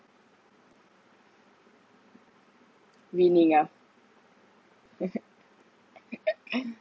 winning ah